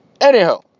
Anyhow